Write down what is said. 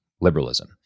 liberalism